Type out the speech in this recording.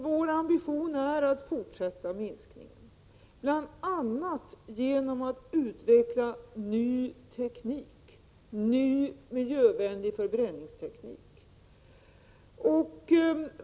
Vår ambition är att fortsätta minskningen, bl.a. genom att utveckla ny miljövänlig förbränningsteknik.